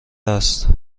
است